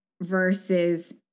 versus